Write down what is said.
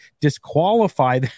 disqualify